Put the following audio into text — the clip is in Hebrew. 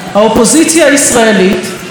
האופוזיציה הישראלית,